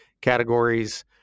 categories